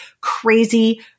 crazy